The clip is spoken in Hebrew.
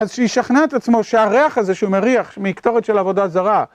ולריה איפה במבה